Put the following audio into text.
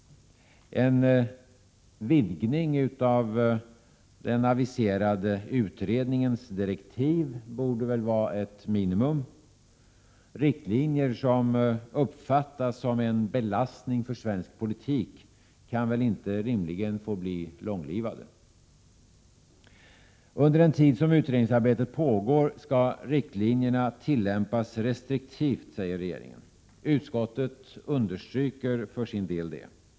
En utvidgning av den aviserade utredningens direktiv borde väl vara ett minimum. Riktlinjer som uppfattas som en belastning för svensk politik kan väl inte få bli långlivade. Under den tid som utredningsarbetet pågår skall riktlinjerna tillämpas restriktivt, säger regeringen. Utskottet understryker för sin del detta.